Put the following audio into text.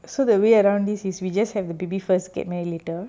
so the way around this is we just have the baby first get married later